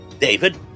David